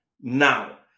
now